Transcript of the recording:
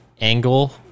angle